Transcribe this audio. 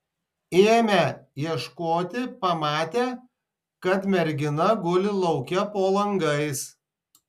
ėmę ieškoti pamatę kad mergina guli lauke po langais